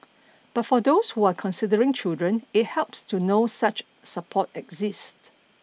but for those who are considering children it helps to know such support exists